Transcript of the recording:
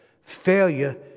Failure